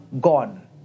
gone